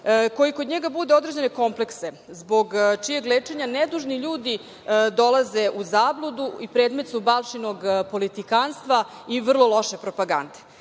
koji kod njega bude određene komplekse zbog čijeg lečenja nedužni ljudi dolaze u zabludu i predmet su Balšinog politikanstva i vrlo loše propagande. Dakle,